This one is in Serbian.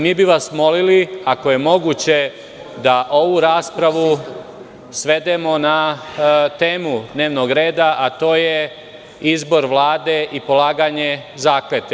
Mi bi vas molili, ako je moguće, da ovu raspravu svedemo na temu dnevnog reda, a to je izbor Vlade i polaganje zakletve.